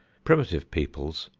primitive peoples,